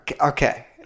Okay